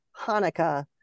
Hanukkah